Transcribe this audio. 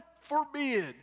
forbid